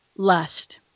lust